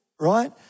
right